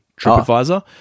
TripAdvisor